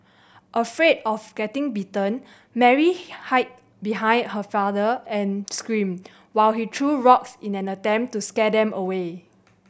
afraid of getting bitten Mary hid behind her father and screamed while he threw rocks in an attempt to scare them away